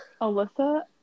Alyssa